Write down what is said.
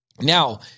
Now